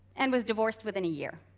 and was divorced within a year.